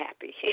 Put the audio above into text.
happy